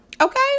Okay